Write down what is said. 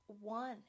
one